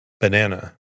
Banana